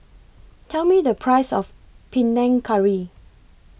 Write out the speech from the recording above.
Tell Me The Price of Panang Curry